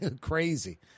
Crazy